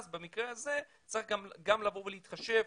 אז במקרה הזה, צריך גם לבוא ולהתחשב.